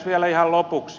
vielä ihan lopuksi